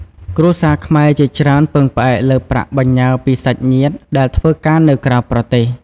គ្រួសារខ្មែរជាច្រើនពឹងផ្អែកលើប្រាក់បញ្ញើពីសាច់ញាតិដែលធ្វើការនៅក្រៅប្រទេស។